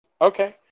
Okay